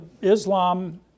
Islam